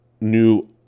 new